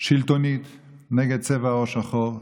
השלטונית נגע צבע עור שחור,